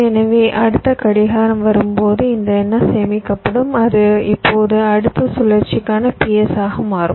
எனவே அடுத்த கடிகாரம் வரும்போது இந்த NS சேமிக்கப்படும் அது இப்போது அடுத்த சுழற்சிக்கான PS ஆக மாறும்